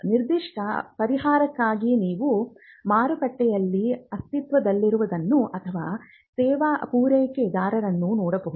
ನಿರ್ದಿಷ್ಟ ಪರಿಹಾರಕ್ಕಾಗಿ ನೀವು ಮಾರುಕಟ್ಟೆಯಲ್ಲಿ ಅಸ್ತಿತ್ವದಲ್ಲಿರುವವರನ್ನು ಅಥವಾ ಸೇವಾ ಪೂರೈಕೆದಾರರನ್ನು ನೋಡಬಹುದು